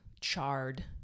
charred